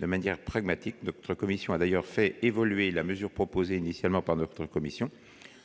De manière pragmatique, notre commission a d'ailleurs fait évoluer la mesure qu'elle avait proposée initialement, en précisant